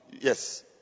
yes